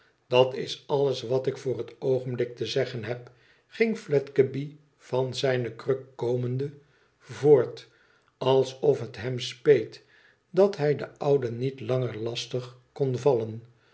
idat is alles wat ik voor het oogenblik te zeggen heb ging fledgeby van zijne kruk komende voort alsof het hem speet dat hij den oude niet langer lastig kon vallen